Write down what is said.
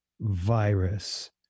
virus